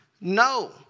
no